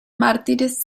mártires